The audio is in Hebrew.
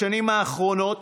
בשנים האחרונות